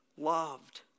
loved